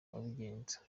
wabigenza